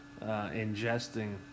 ingesting